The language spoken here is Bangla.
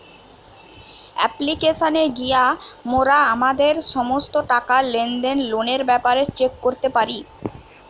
অ্যাপ্লিকেশানে গিয়া মোরা আমাদের সমস্ত টাকা, লেনদেন, লোনের ব্যাপারে চেক করতে পারি